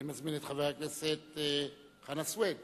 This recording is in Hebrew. אני מזמין את חבר הכנסת חנא סוייד